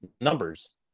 numbers